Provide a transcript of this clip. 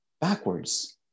backwards